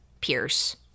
Pierce